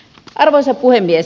arvoisa puhemies